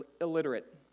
illiterate